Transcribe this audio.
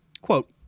Quote